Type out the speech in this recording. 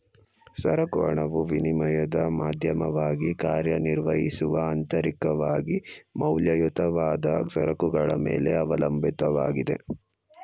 ಸರಕು ಹಣವು ವಿನಿಮಯದ ಮಾಧ್ಯಮವಾಗಿ ಕಾರ್ಯನಿರ್ವಹಿಸುವ ಅಂತರಿಕವಾಗಿ ಮೌಲ್ಯಯುತವಾದ ಸರಕುಗಳ ಮೇಲೆ ಅವಲಂಬಿತವಾಗಿದೆ